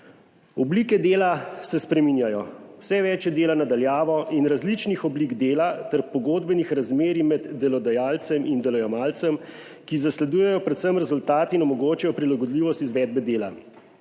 Oblike dela se spreminjajo, vse več je dela na daljavo in različnih oblik dela ter pogodbenih razmerij med delodajalcem in delojemalcem, ki zasledujejo predvsem rezultat in omogočajo prilagodljivost izvedbe dela.